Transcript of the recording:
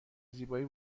زیبایی